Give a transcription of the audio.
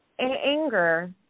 anger